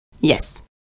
Yes